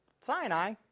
Sinai